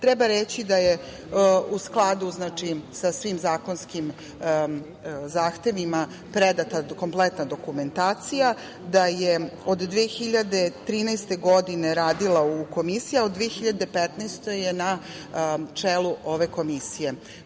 Treba reći da je u skladu sa svim zakonskim zahtevima predata kompletna dokumentacija, da je od 2013. godine radila u Komisiji, a od 2015. godine je na čelu ove